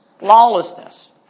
lawlessness